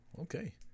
Okay